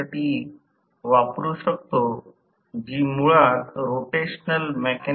म्हणूनच आपण आकृती 10 पासून आकृती 11 मध्ये रेखाटू शकता जेथे r2 दर्शविले गेले आहे